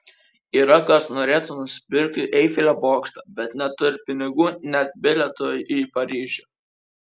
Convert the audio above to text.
yra kas norėtų nusipirkti eifelio bokštą bet neturi pinigų net bilietui į paryžių